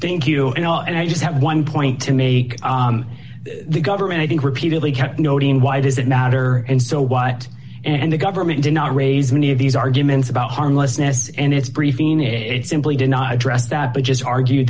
thank you and all and i just have one point to make the government i think repeatedly can noting why does it matter and so what and the government did not raise many of these arguments about harmlessness and its briefing it simply did not address that but just argued